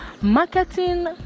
marketing